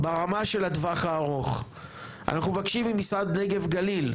ברמה של הטווח הארוך אנחנו מבקשים ממשרד נגב גליל,